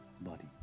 body